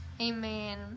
Amen